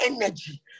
energy